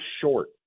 short